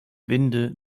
winde